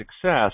success